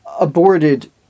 aborted